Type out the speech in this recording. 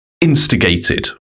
instigated